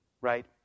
right